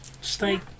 stay